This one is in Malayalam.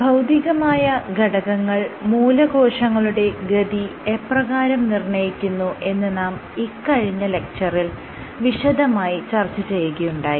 ഭൌതികമായ ഘടകങ്ങൾ മൂലകോശങ്ങളുടെ ഗതി എപ്രകാരം നിർണ്ണയിക്കുന്നു എന്ന് നാം ഇക്കഴിഞ്ഞ ലെക്ച്ചറിൽ വിശദമായി ചർച്ച ചെയ്യുകയുണ്ടായി